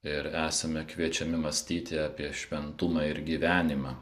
ir esame kviečiami mąstyti apie šventumą ir gyvenimą